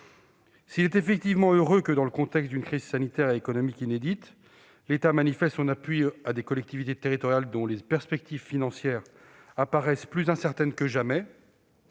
S'il est effectivement heureux que, dans le contexte d'une crise sanitaire et économique inédite, l'État manifeste son appui à des collectivités territoriales dont les perspectives financières apparaissent plus incertaines que jamais,